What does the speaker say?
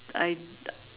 I uh